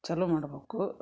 ಚಾಲು ಮಾಡ್ಬೇಕು